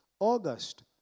August